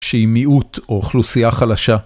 שהיא מיעוט או אוכלוסייה חלשה.